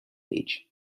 age